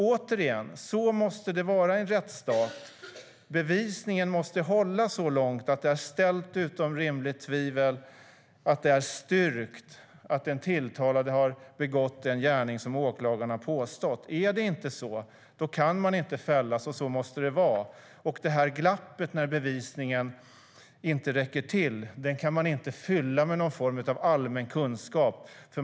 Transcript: Återigen: Så måste det vara i en rättsstat att bevisningen måste hålla så långt att det är ställt utom rimligt tvivel och att det är styrkt att den tilltalade har begått den gärning som åklagarna påstår. Är det inte så kan man inte fälla, och så måste det vara. Och "glappet", när bevisningen inte räcker till, kan man inte fylla med någon form av allmän kunskap.